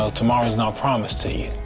tomorrow is not promised to